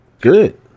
Good